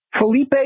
Felipe